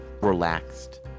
relaxed